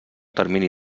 termini